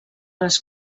les